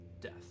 death